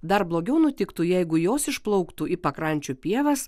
dar blogiau nutiktų jeigu jos išplauktų į pakrančių pievas